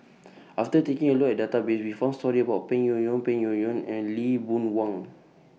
after taking A Look At The Database We found stories about Peng Yuyun Peng Yuyun and Lee Boon Wang